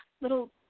little